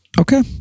Okay